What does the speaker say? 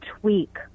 tweak